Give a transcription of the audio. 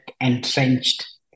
entrenched